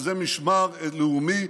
וזה משמר לאומי,